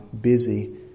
busy